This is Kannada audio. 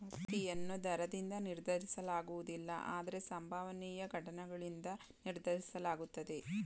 ಪಾವತಿಯನ್ನು ದರದಿಂದ ನಿರ್ಧರಿಸಲಾಗುವುದಿಲ್ಲ ಆದ್ರೆ ಸಂಭವನೀಯ ಘಟನ್ಗಳಿಂದ ನಿರ್ಧರಿಸಲಾಗುತ್ತೆ